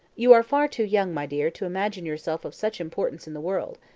you are far too young, my dear, to imagine yourself of such importance in the world.